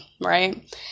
Right